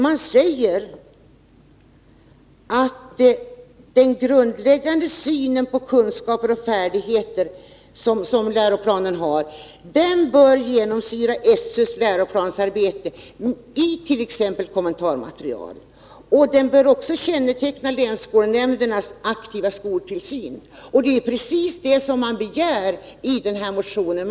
Man säger att den grundläggande syn på kunskaper och färdigheter som läroplanen har bör genomsyra SÖ:s läroplansarbete, t.ex. i kommentarmaterial. Den bör också känneteckna länsskolnämndernas aktiva skoltillsyn. Detta är ju precis vad man begär i motionen.